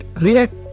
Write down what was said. React